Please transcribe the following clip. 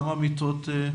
כמה מיטות?